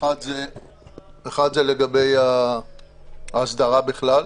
כאשר הרובד הראשון הוא לגבי ההסדרה בכלל,